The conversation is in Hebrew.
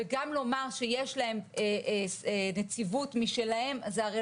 גם לומר שיש להם נציבות משלהם - זה הרי